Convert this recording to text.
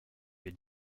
que